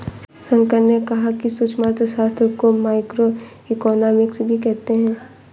शंकर ने कहा कि सूक्ष्म अर्थशास्त्र को माइक्रोइकॉनॉमिक्स भी कहते हैं